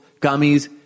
gummies